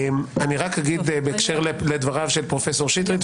אני רק אגיד בהקשר לדבריו של פרופ' שטרית,